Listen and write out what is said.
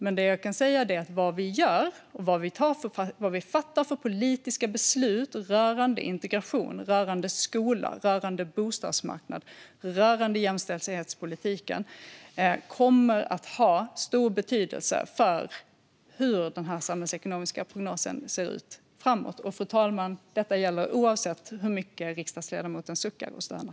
Men det jag kan säga är att vad vi gör och vad vi fattar för politiska beslut rörande integration, skola, bostadsmarknad och jämställdhetspolitik kommer att ha stor betydelse för hur den samhällsekonomiska prognosen ser ut framåt. Och detta, fru talman, gäller oavsett hur mycket riksdagsledamoten suckar och stönar.